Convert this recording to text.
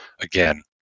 again